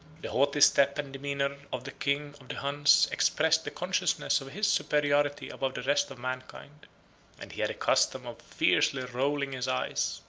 the haughty step and demeanor of the king of the huns expressed the consciousness of his superiority above the rest of mankind and he had a custom of fiercely rolling his eyes,